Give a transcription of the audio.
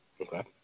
Okay